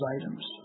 items